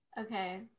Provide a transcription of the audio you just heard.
Okay